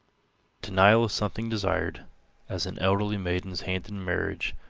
denial of something desired as an elderly maiden's hand in marriage,